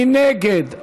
מי נגד?